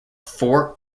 four